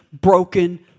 broken